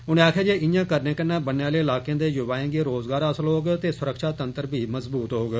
उनें आक्खेआ जे इयां करने कन्नै ब'न्ने आले इलाकें दे युवाएं गी रोज़गार हासल होग ते सुरक्षातंत्र बी मजबूत होग